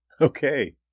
Okay